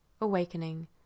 awakening